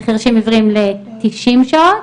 לחרשים עברים לתשעים שעות,